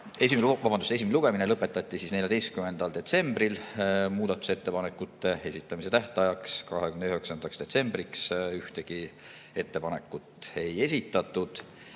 Eelnõu esimene lugemine lõpetati 14. detsembril. Muudatusettepanekute esitamise tähtajaks, 29. detsembriks ühtegi ettepanekut ei esitatud.